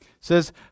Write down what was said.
says